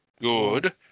good